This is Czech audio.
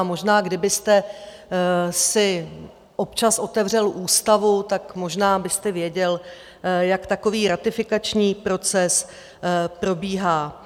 Možná kdybyste si občas otevřel ústavu, tak možná byste věděl, jak takový ratifikační proces probíhá.